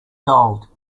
gold